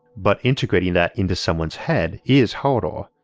but integrating that into someone's head is harder.